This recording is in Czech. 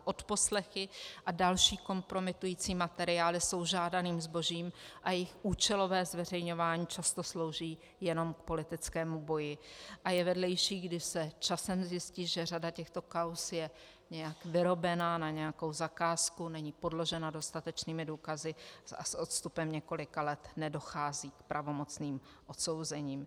Odposlechy a další kompromitující materiály jsou žádaným zbožím a jejich účelové zveřejňování často slouží jenom k politickému boji a je vedlejší, když se časem zjistí, že řada těchto kauz je nějak vyrobena na nějakou zakázku, není podložena dostatečnými důkazy a s odstupem několika let nedochází k pravomocným odsouzením.